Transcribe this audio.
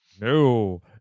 No